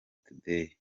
tudeyi